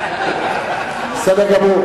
באמת, זה יפה,